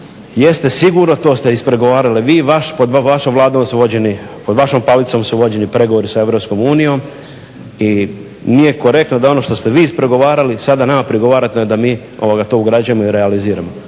vašom Vladom su vođeni, pod vašom palicom su vođeni pregovori sa EU i nije korektno da ono što ste vi ispregovarali sada nama prigovarate da mi ovoga to ugrađujemo i realiziramo.